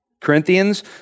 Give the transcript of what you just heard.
Corinthians